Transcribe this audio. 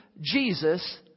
Jesus